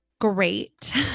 great